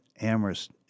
Amherst